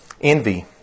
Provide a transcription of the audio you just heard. envy